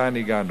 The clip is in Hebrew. לאן הגענו.